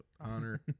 honor